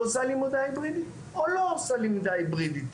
עושה לימודה היברידית או לא עושה למידה היברידית.